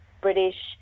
British